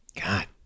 God